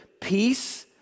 peace